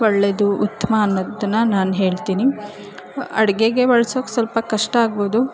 ಒಳ್ಳೆಯದು ಉತ್ತಮ ಅನ್ನೋದನ್ನು ನಾನು ಹೇಳ್ತೀನಿ ಅಡುಗೆಗೆ ಬಳ್ಸೋಕೆ ಸ್ವಲ್ಪ ಕಷ್ಟ ಆಗ್ಬೋದು